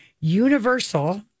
Universal